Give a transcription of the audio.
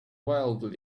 wildly